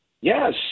Yes